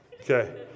Okay